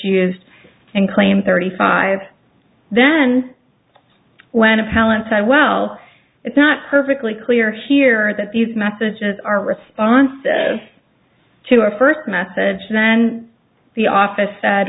used in claim thirty five then when appellants i well it's not perfectly clear here that these messages are responsive to a first message then the office said